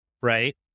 Right